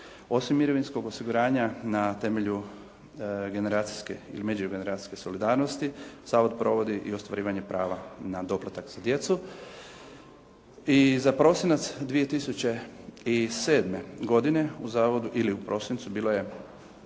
Osim mirovinskog osiguranja na temelju generacijske ili međugeneracijske solidarnosti zavod provodi i ostvarivanje prava na doplatak za djecu. I za prosinac 2007. godine u zavodu ili u prosincu bilo je